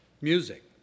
Music